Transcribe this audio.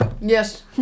yes